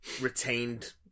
retained